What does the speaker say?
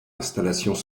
installations